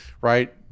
right